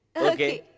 okay,